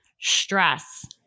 stress